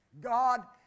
God